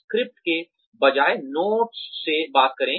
script की बजाय notes से बात करें